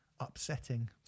upsetting